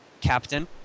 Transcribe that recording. Captain